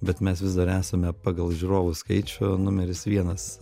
bet mes vis dar esame pagal žiūrovų skaičių numeris vienas